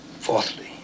Fourthly